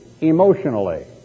emotionally